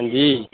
हां जी